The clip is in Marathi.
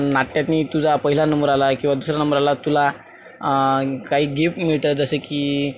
नाट्यातनी तुझा पहिला नंबर आला आहे किंवा दुसरा नंबर आला तुला काही गिफ्ट मिळतात जसे की